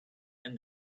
and